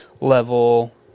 level